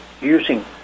using